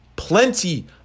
Plenty